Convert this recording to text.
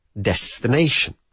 destination